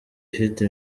afite